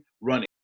running